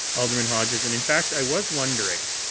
alderman hodges. and in fact, i was wondering